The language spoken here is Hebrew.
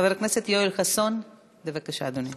חבר הכנסת יואל חסון, בבקשה, אדוני.